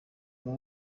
aba